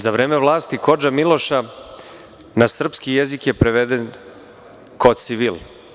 Za vreme vlasti kodža Miloša na srpski jezik je preveden „koci vil“